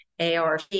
ARC